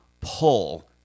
pull